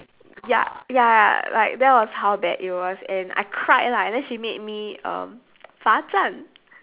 ya ya like that was how bad it was and I cried lah and then she made me um 罚站